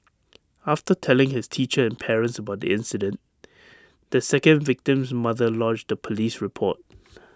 after telling his teacher and parents about the incident the second victim's mother lodged A Police report